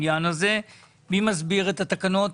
מי מסביר את התקנות.